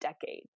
decade